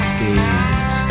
days